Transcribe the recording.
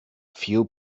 few